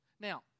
Now